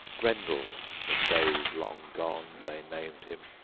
grendel in days long gone they named him,